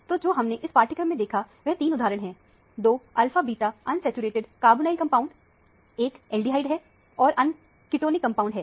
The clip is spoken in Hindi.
तो जो हमने इस पाठ्यक्रम में देखा वह तीन उदाहरण हैं दो alpha beta unsaturated carbonyl compound alphabeta unsaturated carbonyl compound एक एल्डिहाइड है और अन्य कीटॉनिक कंपाउंड है